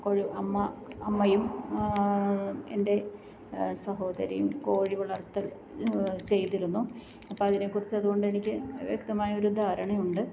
കോഴി അമ്മ അമ്മയും എൻ്റെ സഹോദരിയും കോഴി വളർത്തൽ ചെയ്തിരുന്നു അപ്പോൾ അതിനെക്കുറിച്ച് അതുകൊണ്ട് എനിക്ക് വ്യക്തമായ ഒരു ധാരണ ഉണ്ട്